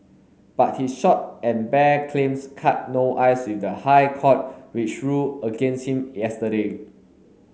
but his short and bare claims cut no ice with the High Court which ruled against him yesterday